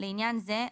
לעניין זה,